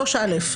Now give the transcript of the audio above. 3א,